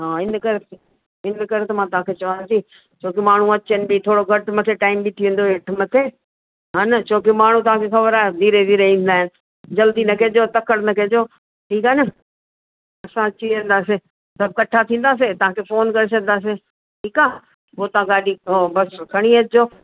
हा इन करे इन करे त मां तव्हांखे चवा थी छो की माण्हू अचनि बि थोड़ो घटि मथे टाइम बि थी वेंदो हेठि मथे हा न छो की माण्हू तव्हांखे ख़बर आहे धीरे धीरे ईंदा आहिनि जल्दी न कजो तकिड़ न कजो ठीकु आहे न असां अची वेंदासीं सभु इकट्ठा थींदासीं तव्हांखे फ़ोन करे छॾिंदासीं ठीकु आहे पोइ तव्हां गाॾी हो बस खणी अचिजो